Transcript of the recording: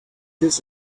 this